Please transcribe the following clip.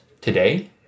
today